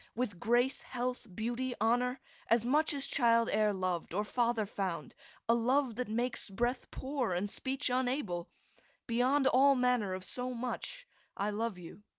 with grace, health, beauty, honour as much as child e'er lov'd, or father found a love that makes breath poor and speech unable beyond all manner of so much i love you.